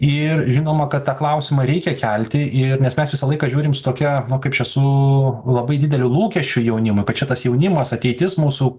ir žinoma kad tą klausimą reikia kelti ir nes mes visą laiką žiūrim su tokia kaip čia su labai dideliu lūkesčiu jaunimui kad čia tas jaunimas ateitis mūsų